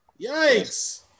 Yikes